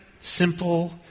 simple